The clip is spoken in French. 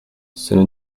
cela